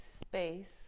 space